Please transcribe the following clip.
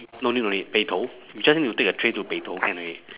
no need no need 北投 you just need to take a train to 北投 can already